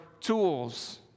tools